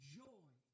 joy